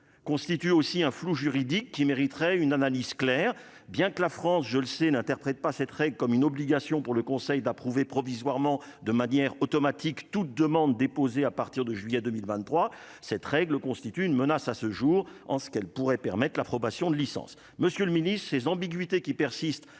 constitue aussi un flou juridique qui mériteraient une analyse claire bien que la France, je le sais n'interprète pas, c'est très comme une obligation pour le Conseil d'approuver provisoirement de manière automatique toutes demandes déposées à partir de juillet 2023 cette règle constitue une menace à ce jour, en ce qu'elle pourrait permettre l'approbation de licence, monsieur le Ministre ces ambiguïtés qui persistent